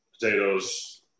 Potatoes